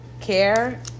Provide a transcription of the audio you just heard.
care